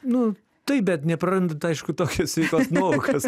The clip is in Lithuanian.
nu taip bet neprarandant aišku tokios sveikos nuovokos